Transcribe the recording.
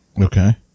Okay